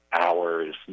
hours